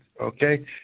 okay